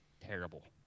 Terrible